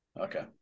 okay